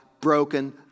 broken